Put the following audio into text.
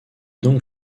donc